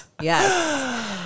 Yes